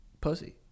pussy